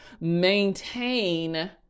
maintain